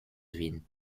wien